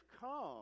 come